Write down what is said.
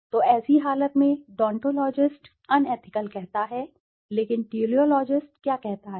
तो ऐसी हालत में डोनटोलॉजिस्ट अनएथिकल कहता हैलेकिन टेलिऑलॉजिस्ट क्या कहता है यह ठीक है अगर यह सच है तो ठीक है